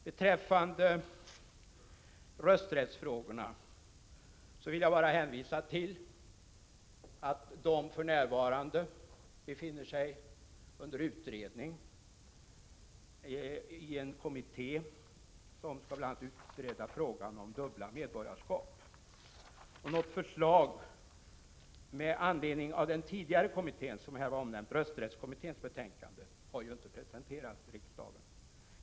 Beträffande rösträttsfrågorna vill jag bara hänvisa till att de för närvarande befinner sig under utredning i en kommitté som skall utreda bl.a. frågan om dubbla medborgarskap. Något förslag med anledning av den tidigare omnämnda rösträttskommitténs betänkande har inte presenterats för riksdagen.